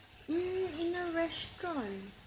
mm in a restaurant